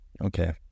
Okay